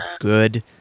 good